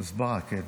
הסברה, כן.